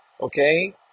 okay